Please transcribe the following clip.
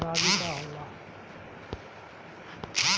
रागी का होला?